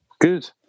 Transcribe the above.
Good